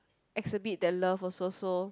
exhibit the love also so